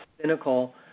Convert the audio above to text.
cynical